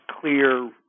clear